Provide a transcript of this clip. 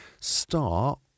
start